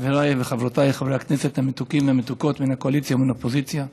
חבריי וחברותיי חברי הכנסת המתוקים והמתוקות מהקואליציה ומהאופוזיציה,